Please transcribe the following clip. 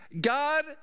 God